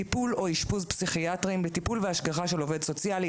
טיפול או אשפוז פסיכיאטריים וטיפול והשגחה של עובד סוציאלי,